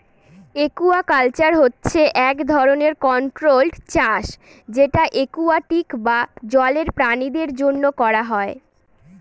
aquaculture হচ্ছে এক ধরনের কন্ট্রোল্ড চাষ যেটা একুয়াটিক বা জলের প্রাণীদের জন্য করা হয়